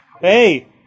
Hey